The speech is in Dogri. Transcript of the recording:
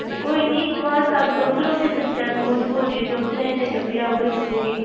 कोई निं इत्थुआं अस औंदे रौह्ंदे पंचैरी उधमपुर ई ते उत्थै निं तां पजाई ओड़गे तुसें गी